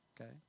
Okay